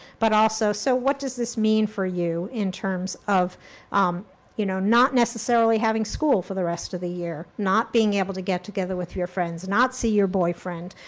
but also, so what does this mean for you in terms of um you know not not necessarily having school for the rest of the year? not being able to get together with your friends? not see your boyfriend?